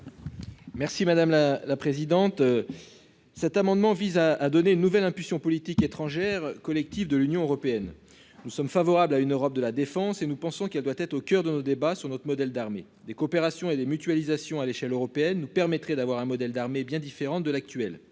Merci madame la la présidente. Cet amendement vise à à donner une nouvelle impulsion politique étrangère collective de l'Union européenne. Nous sommes favorables à une Europe de la défense et nous pensons qu'elle doit être au coeur de nos débats sur notre modèle d'armée des coopérations et des mutualisations à l'échelle européenne nous permettrait d'avoir un modèle d'armée bien différente de l'actuelle